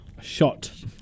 Shot